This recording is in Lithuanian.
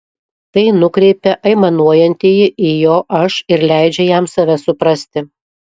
tai nukreipia aimanuojantįjį į jo aš ir leidžia jam save suprasti